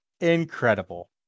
incredible